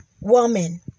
woman